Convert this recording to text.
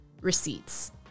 receipts